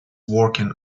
working